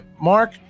Mark